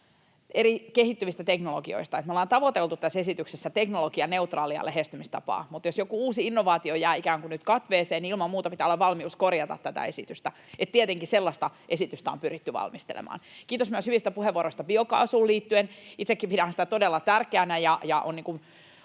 kehittyvistä teknologioista, että me ollaan tavoiteltu tässä esityksessä teknologianeutraalia lähestymistapaa. Mutta jos joku uusi innovaatio jää ikään kuin nyt katveeseen, niin ilman muuta pitää olla valmius korjata tätä esitystä. Tietenkin sellaista esitystä on pyritty valmistelemaan. Kiitos myös hyvistä puheenvuoroista biokaasuun liittyen. Itsekin pidän sitä todella tärkeänä, ja on